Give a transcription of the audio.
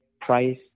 price